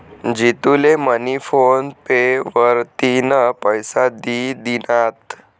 जितू ले मनी फोन पे वरतीन पैसा दि दिनात